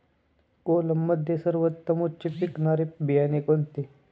कोलममध्ये सर्वोत्तम उच्च पिकणारे बियाणे कोणते?